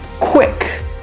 quick